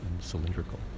cylindrical